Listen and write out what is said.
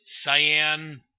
Cyan